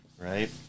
right